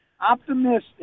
optimistic